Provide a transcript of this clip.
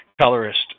colorist